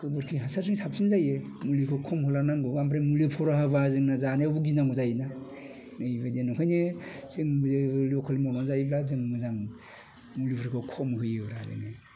गोबोरखि हासारजों साबसिन जायो मुलिखो खम होलांनांगौ ओमफ्राय मुलि खरा होब्ला जोंनो जानायावबो गिनांगौ जायोना ओइबायदि नंखायनो जोङो लकेल मावना जायोब्ला जों मोजां मुलिफोरखौ खम होयोब्रा जोङो